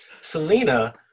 Selena